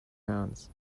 hands